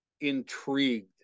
intrigued